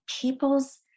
people's